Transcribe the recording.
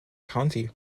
county